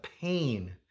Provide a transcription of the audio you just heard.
pain